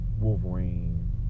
Wolverine